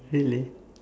really